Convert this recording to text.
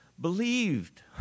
Believed